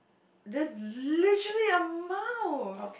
there's literally a mouse